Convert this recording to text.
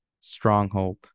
stronghold